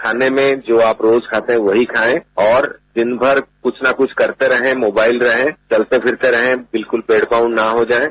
खाने में जो आप रोज खाते थे वहीं खायें और दिन भर कुछ न कुछ करते रहें मोबाइल रहें चलते फिरते रहे बिल्कुल बेड बाउंड न हो जायें